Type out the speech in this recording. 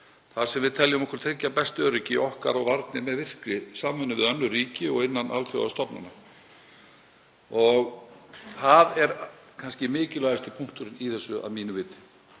þar sem við teljum okkur tryggja best öryggi okkar og varnir með virkri samvinnu við önnur ríki og innan alþjóðastofnana. Það er mikilvægasti punkturinn í þessu að mínu viti.